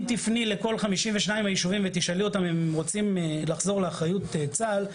אם תיפני לכל 52 היישובים ותשאלי אותם אם הם רוצים לחזור לאחריות צה"ל,